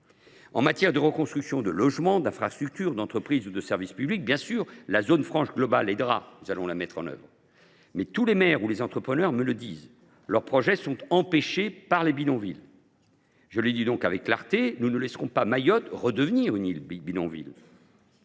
En matière de reconstruction de logements, d’infrastructures, d’entreprises ou de services publics, la zone franche globale sera bénéfique ; nous la mettrons en œuvre. Toutefois, les maires et les entrepreneurs me le disent tous : leurs projets sont empêchés par les bidonvilles. Soyons clairs : nous ne laisserons pas Mayotte redevenir une île bidonville,